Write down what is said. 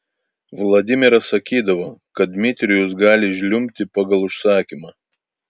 vladimiras sakydavo kad dmitrijus gali žliumbti pagal užsakymą